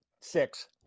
six